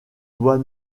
doit